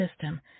system